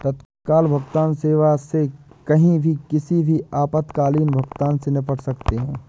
तत्काल भुगतान सेवा से कहीं भी किसी भी आपातकालीन भुगतान से निपट सकते है